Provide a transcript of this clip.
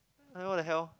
what the hell